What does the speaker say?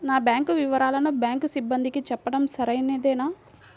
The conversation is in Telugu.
నా బ్యాంకు వివరాలను బ్యాంకు సిబ్బందికి చెప్పడం సరైందేనా?